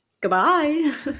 Goodbye